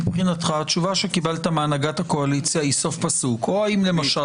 מבחינתך התשובה שקיבלת מהנהגת הקואליציה היא סוף פסוק או אם למשל